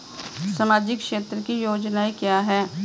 सामाजिक क्षेत्र की योजनाएं क्या हैं?